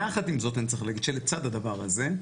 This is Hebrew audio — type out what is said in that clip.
יחד עם זאת אני צריך להגיד שלצד הדבר הזה,